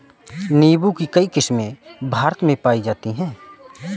नीम्बू की कई किस्मे भारत में पाई जाती है